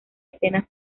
escenas